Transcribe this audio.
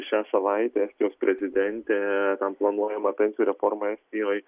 šią savaitę estijos prezidentė planuojama pensijų reforma estijoj